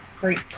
Great